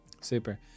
super